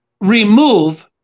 remove